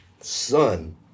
son